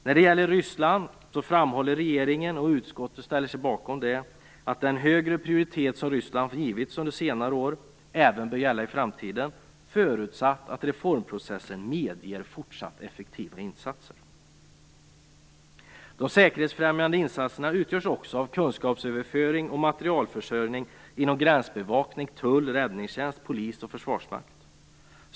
När det gäller Ryssland framhåller regeringen att den högre prioritet som Ryssland har givits under senare år även bör gälla i framtiden, förutsatt att reformprocessen medger fortsatt effektiva insatser. Utskottet ställer sig bakom detta. De säkerhetsfrämjande insatserna utgörs också av kunskapsöverföring och materialförsörjning inom gränsbevakning, tull, räddningstjänst, polis och försvarsmakt.